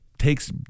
takes